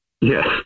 Yes